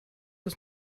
ist